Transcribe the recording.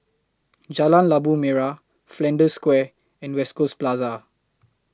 Jalan Labu Merah Flanders Square and West Coast Plaza